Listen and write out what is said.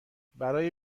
برای